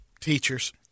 Teachers